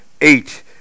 eight